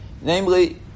Namely